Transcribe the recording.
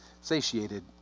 satiated